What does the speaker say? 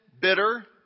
bitter